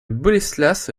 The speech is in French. boleslas